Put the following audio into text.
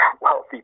wealthy